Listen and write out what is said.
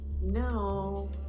No